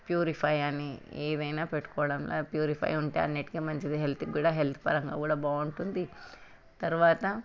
purify అని ఏవైన పెట్టుకోవడం లేకపోతే ప్యూరిఫై ఉంటే అన్నింటికీ మంచిది హెల్త్కి కూడా హెల్త్ పరంగా కూడా చాలా బాగుంటుంది తరవాత